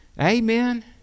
Amen